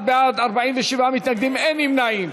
61 בעד, 47 מתנגדים, אין נמנעים.